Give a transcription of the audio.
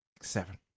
seven